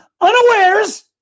unawares